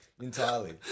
entirely